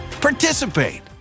participate